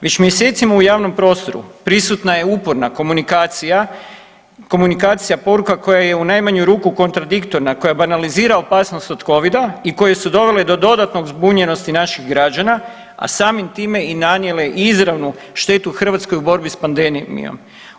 Već mjesecima u javnom prostoru prisutna je uporna komunikacija, komunikacija poruka koja je u najmanju ruku kontradiktorna koja banalizira opasnost od Covida i koje su dovele do dodatnog zbunjenosti naših građana, a samim time i nanijele izravnu štetu Hrvatskoj u borbi s pandemijom.